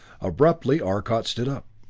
abruptly arcot stood up.